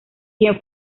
quien